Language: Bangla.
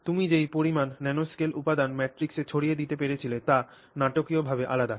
তুমি যে পরিমাণ ন্যানোস্কেল উপাদান মেট্রিক্সে ছড়িয়ে দিতে পেরেছিলে তা নাটকীয় ভাবে আলাদা